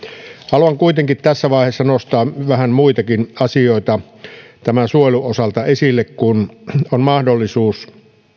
haluan kuitenkin tässä vaiheessa nostaa vähän muitakin asioita suojelun osalta esille kun on mahdollisuus